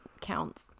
counts